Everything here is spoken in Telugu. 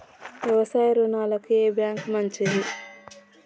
వ్యవసాయ రుణాలకు ఏ బ్యాంక్ మంచిది?